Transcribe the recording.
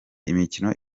imikino